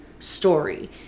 story